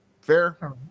Fair